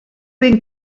ben